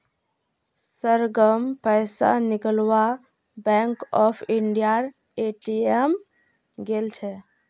सरगम पैसा निकलवा बैंक ऑफ इंडियार ए.टी.एम गेल छ